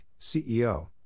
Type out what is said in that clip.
CEO